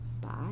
bye